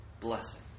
blessing